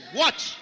watch